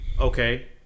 Okay